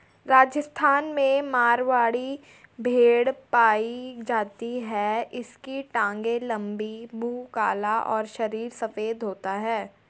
राजस्थान में मारवाड़ी भेड़ पाई जाती है इसकी टांगे लंबी, मुंह काला और शरीर सफेद होता है